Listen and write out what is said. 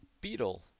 Beetle